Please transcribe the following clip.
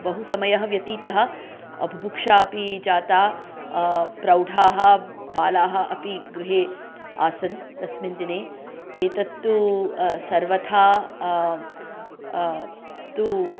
बहु समयः व्यतीतः बुभुक्षापि जाता प्रौढाः बालाः अपि गृहे आसन् तस्मिन् दिने एतत्तु सर्वथा तु